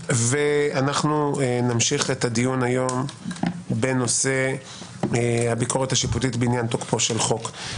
אנחנו נמשיך את הדיון בנושא הביקורת השיפוטית בעניין תוקפו של חוק.